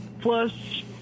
plus